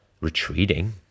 retreating